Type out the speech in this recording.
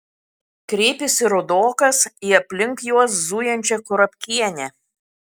kreipėsi rudokas į aplink juos zujančią kurapkienę